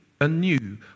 anew